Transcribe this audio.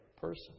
person